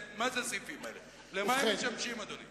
מה זה הסעיפים האלה, למה הם משמשים, אדוני?